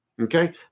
Okay